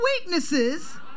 weaknesses